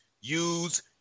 use